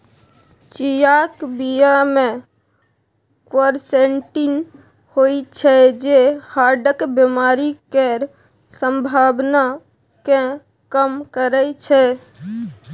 चियाक बीया मे क्वरसेटीन होइ छै जे हार्टक बेमारी केर संभाबना केँ कम करय छै